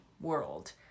world